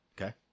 Okay